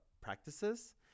practices